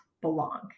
belong